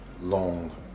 long